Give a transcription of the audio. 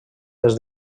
des